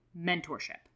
mentorship